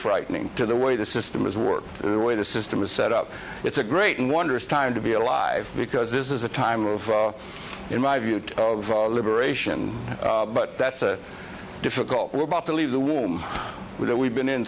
frightening to the way the system is work the way the system is set up it's a great and wonderous time to be alive because this is a time of in my view of liberation but that's a difficult we're about to leave the room with that we've been in